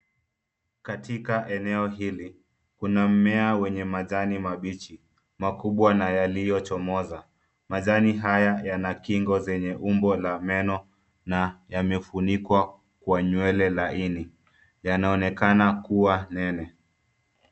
Katika eneo hili, kuna mmea wenye majani mabichi makubwa na yaliyo chomoza. Majani haya yana kingo zenye umbo la meno na yamefunikwa kwa nywele laini. Yanaonekana kuwa nene.